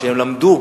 שהן למדו,